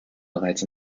bereits